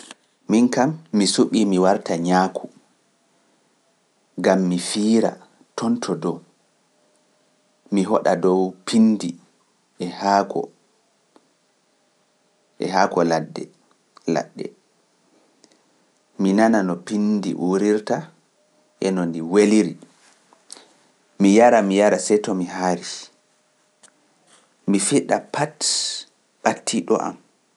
Min kam, mi suɓii mi warta ñaaku, ngam mi fiira toon to dow, mi hoɗa dow pindi e haako ladde, mi nana no pindi uurirta e no ndi weliri, mi yara mi yara, seeto mi haari, mi fiɗa pat ɓatti ɗo am.